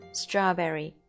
strawberry